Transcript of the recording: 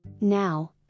Now